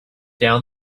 down